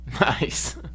Nice